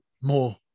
more